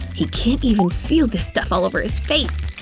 he can't even feel this stuff all over his face!